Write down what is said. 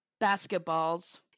basketballs